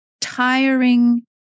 tiring